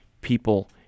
people